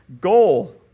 goal